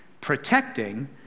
Protecting